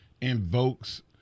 invokes